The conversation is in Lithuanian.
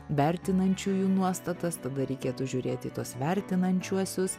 vertinančiųjų nuostatas tada reikėtų žiūrėti į tuos vertinančiuosius